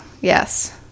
Yes